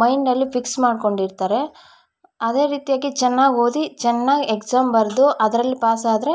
ಮೈಂಡಲ್ಲಿ ಫಿಕ್ಸ್ ಮಾಡಿಕೊಂಡಿರ್ತಾರೆ ಅದೇ ರೀತಿಯಾಗಿ ಚೆನ್ನಾಗ್ ಓದಿ ಚೆನ್ನಾಗ್ ಎಕ್ಸಾಮ್ ಬರೆದು ಅದ್ರಲ್ಲಿ ಪಾಸಾದರೆ